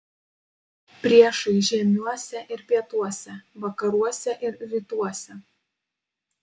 priešai žiemiuose ir pietuose vakaruose ir rytuose